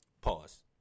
Pause